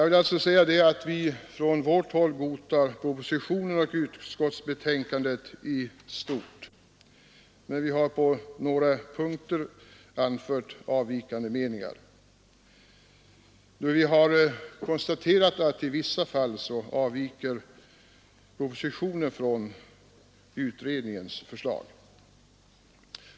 Vi godtar alltså från vårt håll propositionen och utskottsbetänkandet i stort, men vi har på några punkter anfört avvikande meningar. Vi har konstaterat att i vissa fall avviker propositionen från utredningens förslag.